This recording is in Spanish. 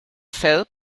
sed